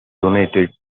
donated